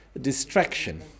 distraction